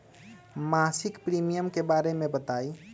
मासिक प्रीमियम के बारे मे बताई?